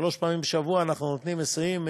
שלוש פעמים בשבוע אנחנו נותנים היסעים,